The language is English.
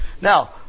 Now